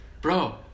bro